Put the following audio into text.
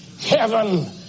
heaven